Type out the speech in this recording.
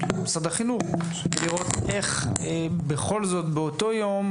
למשרד החינוך כדי לראות איך בכל זאת באותו יום,